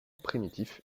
primitif